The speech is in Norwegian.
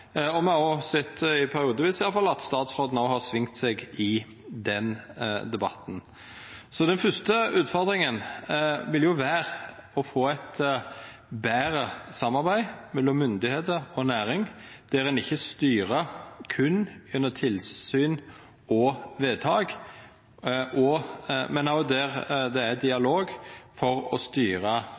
om. Me har òg sett – i alle fall periodevis – at statsråden har svinga seg i den debatten. Den første utfordringa vil vera å få eit betre samarbeid mellom myndigheiter og næring, der ein ikkje styrer berre under tilsyn og med vedtak, men der det òg er dialog for å styra